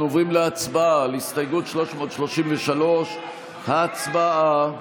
אנחנו עוברים להצבעה על הסתייגות 333. הצבעה.